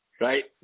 right